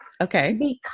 Okay